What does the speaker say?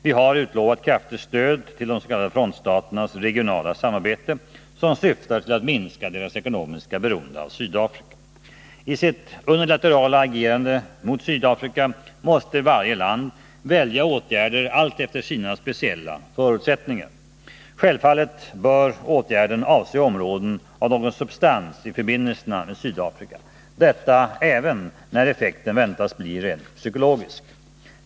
Vi har utlovat kraftigt stöd till de s.k. frontstaternas regionala samarbete som syftar till att minska deras ekonomiska beroende av Sydafrika. I sitt unilaterala agerande mot Sydafrika måste varje land välja åtgärd alltefter sina speciella förutsättningar. Självfallet bör åtgärden avse områden av någon substans i förbindelserna med Sydafrika, detta även där effekten väntas bli rent psykologisk.